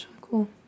Cool